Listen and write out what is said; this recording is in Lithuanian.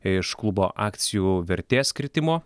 iš klubo akcijų vertės kritimo